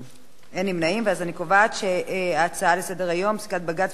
אני קובעת שההצעה לסדר-היום: פסיקת בג"ץ ותגובת המדינה בעניין